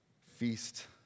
feast